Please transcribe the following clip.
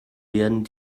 werden